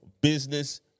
business